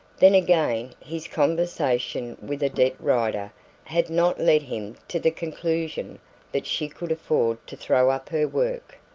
then again, his conversation with odette rider had not led him to the conclusion that she could afford to throw up her work.